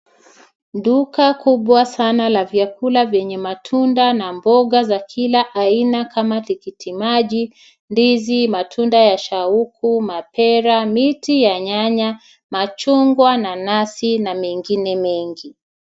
Duka kubwa sana la vyakula vyenye matunda na mboga za kila aina kama tikitimaji, ndizi, matunda ya shauku, mapera, miti ya nyanya, machungwa, nanasi na mengine mengi.